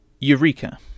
Eureka